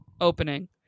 opening